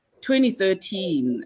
2013